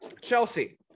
Chelsea